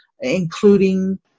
including